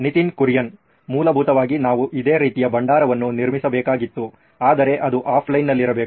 ನಿತಿನ್ ಕುರಿಯನ್ ಮೂಲಭೂತವಾಗಿ ನಾವು ಇದೇ ರೀತಿಯ ಭಂಡಾರವನ್ನು ನಿರ್ಮಿಸಬೇಕಾಗಿತ್ತು ಆದರೆ ಅದು ಆಫ್ಲೈನ್ನಲ್ಲಿರಬೇಕು